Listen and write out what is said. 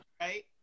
Right